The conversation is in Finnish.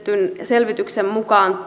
selvityksen mukaan